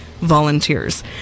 volunteers